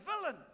villain